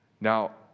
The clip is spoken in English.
Now